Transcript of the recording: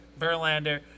Verlander